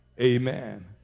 Amen